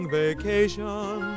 vacation